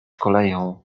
koleją